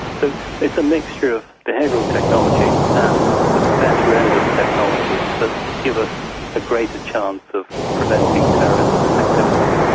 so it's a mixture of behavioural technology and the better end of technology that would give us a greater chance of preventing terrorist activity.